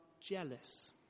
jealous